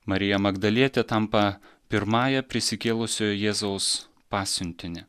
marija magdalietė tampa pirmąja prisikėlusio jėzaus pasiuntinį